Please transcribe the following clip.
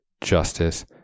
justice